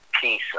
peace